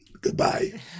goodbye